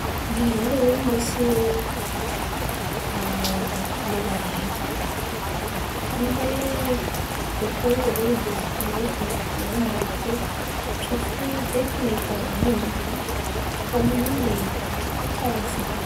Dray andra zen̈y nisy lelahy areky nandeha nitondra zen̈y bisikilety, na môtô. Tiô fo izy direkity nahita zanany direkity fa manonga edy karà zen̈y.